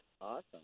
Awesome